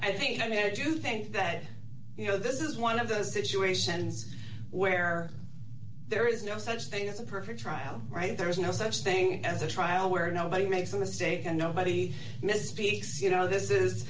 i think i did you think that you know this is one of those situations where there is no such thing as a perfect trial right there is no such thing as a trial where nobody makes a mistake and nobody misses b c you know this is